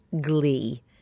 glee